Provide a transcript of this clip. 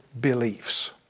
beliefs